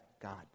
God